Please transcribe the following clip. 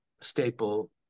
staple